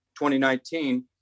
2019